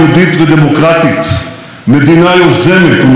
מדינה שהפכנו אותה לכוח עולה בין האומות,